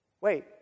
Wait